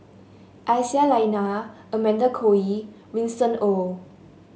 Aisyah Lyana Amanda Koe Lee Winston Oh